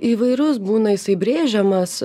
įvairus būna jisai brėžiamas